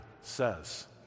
says